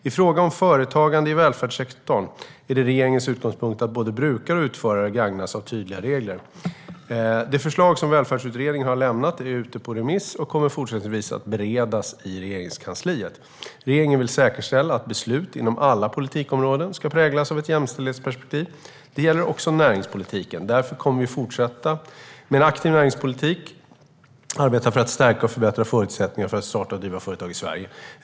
I fråga om företagande i välfärdssektorn är det regeringens utgångspunkt att både brukare och utförare gagnas av tydliga regler. Det förslag som Välfärdsutredningen har lämnat är ute på remiss och kommer fortsättningsvis att beredas i Regeringskansliet. Regeringen vill säkerställa att beslut inom alla politikområden ska präglas av ett jämställdhetsperspektiv. Det gäller också näringspolitiken. Därför kommer vi att fortsätta att med en aktiv näringspolitik arbeta för att stärka och förbättra förutsättningarna för att starta och driva företag i Sverige.